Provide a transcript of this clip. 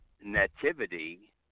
Nativity